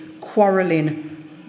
quarrelling